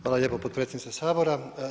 Hvala lijepo potpredsjednice Sabora.